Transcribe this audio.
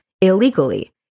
illegally